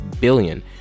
billion